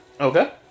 Okay